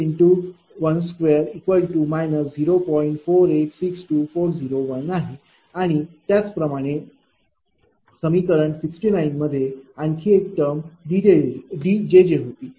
4862401आहे आणि त्याचप्रमाणे समीकरण 69 मध्ये आणखी एक टर्म D होती